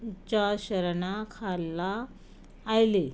च्या शरणा खाला आयले